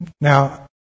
Now